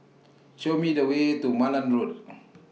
Show Me The Way to Malan Road